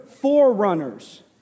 forerunners